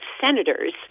senators